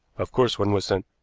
of course one was sent.